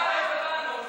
חוץ וביטחון.